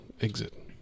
exit